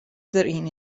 deryn